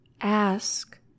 ask